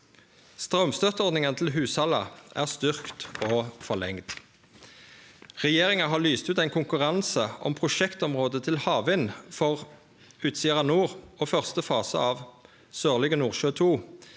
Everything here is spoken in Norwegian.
Straumstøtteordninga til hushalda er styrkt og forlengd. Regjeringa har lyst ut ein konkurranse om prosjektområde til havvind for Utsira Nord og første fase av Sørlige Nordsjø II.